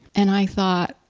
and i thought,